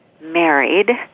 married